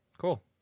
cool